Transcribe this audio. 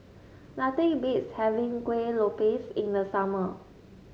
nothing beats having Kueh Lopes in the summer